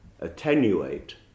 attenuate